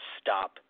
stop